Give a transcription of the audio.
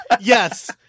Yes